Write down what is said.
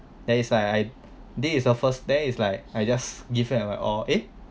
then is like I this is the first there is like I just give it my all eh